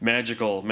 Magical